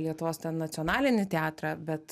lietuvos nacionalinį teatrą bet